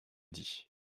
dit